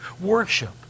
Worship